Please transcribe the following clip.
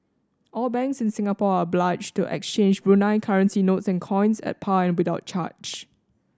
all banks in Singapore are obliged to exchange Brunei currency notes and coins at par and without charge